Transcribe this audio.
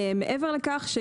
מעבר לכך,